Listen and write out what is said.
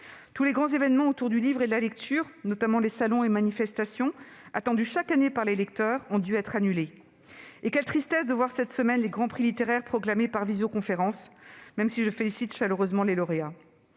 Tous les grands événements autour du livre et de la lecture, notamment les salons et manifestations, attendus chaque année par les lecteurs, ont dû être annulés. Quelle tristesse de voir cette semaine les grands prix littéraires proclamés par visioconférence, même si je félicite chaleureusement les lauréats